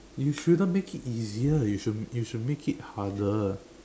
you shouldn't make it easier you should you should make it harder